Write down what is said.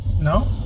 No